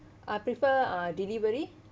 uh prefer uh delivery